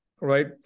Right